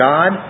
God